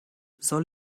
soll